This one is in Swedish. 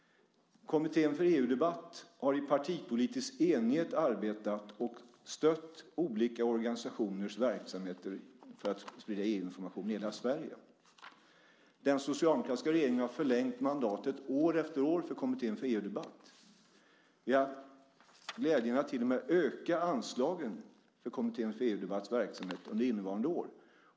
Kommittén för EU-debatt har i partipolitisk enighet arbetat och stött olika organisationers verksamheter för att sprida EU-information i hela Sverige. Den socialdemokratiska regeringen har förlängt mandatet år efter år för Kommittén för EU-debatt. Vi hade glädjen att till och med öka anslagen för Kommittén för EU-debatts verksamhet under innevarande år.